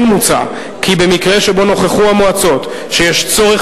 כן מוצע כי במקרה שבו נוכחו המועצות שיש צורך